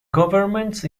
government